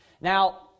Now